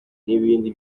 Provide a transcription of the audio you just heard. n’ibindi